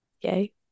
Yay